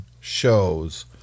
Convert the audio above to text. shows